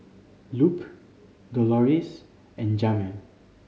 Lupe Doloris and Jaime